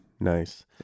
nice